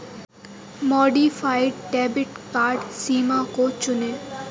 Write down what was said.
modified debit card सीमा को चुनें